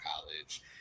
college